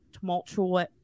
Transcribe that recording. tumultuous